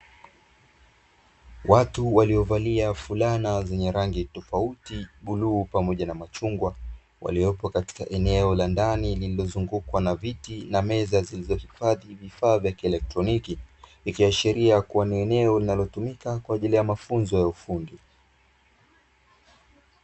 Watu waliovalia fulana zenye rangi tofauti, bluu pamoja na machungwa, waliopo katika eneo la ndani lililozungukwa na viti na meza zilizohifadhi vifaa vya kielektroniki, vikiashiria kuwa ni eneo linalotumika kwa ajili ya mafunzo ya ufundi.